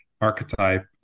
archetype